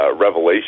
revelation